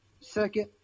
Second